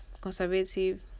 conservative